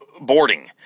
boarding